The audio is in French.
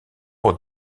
pour